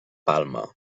palma